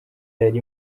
yari